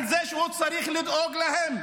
זה שצריך לדאוג להן,